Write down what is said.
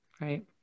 Right